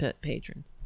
patrons